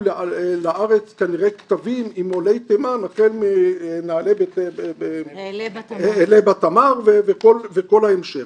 לארץ כנראה כתבים עם עולי תימן החל מ'אעלה בתמר' וכל ההמשך.